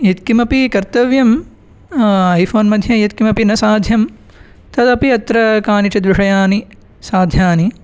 यत्किमपि कर्तव्यम् ऐफ़ोन्मध्ये किमपि न साध्यं तदपि अत्र कानिचिद्विषयानि साध्यानि